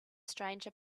stranger